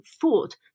thought